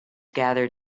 gathered